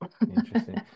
Interesting